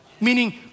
Meaning